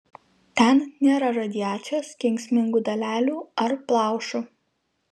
ten nėra radiacijos kenksmingų dalelių ar plaušų